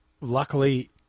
Luckily